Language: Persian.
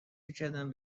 میکردم